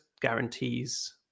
guarantees